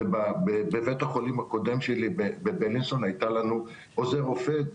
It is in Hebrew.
ובבית החולים הקודם שלי בביילינסון הייתה לנו עוזרת רופא,